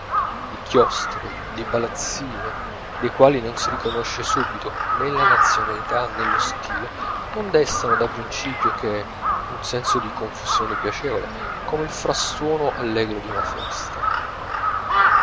di chiostri di palazzine dei quali non si riconosce subito nè la nazionalità nè lo stile non destano da principio che un senso di confusione piacevole come il frastuono allegro d'una festa